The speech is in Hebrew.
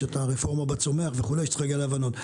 יש הרפורמה בצומח וכו' שצריך להגיע להבנות.